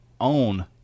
own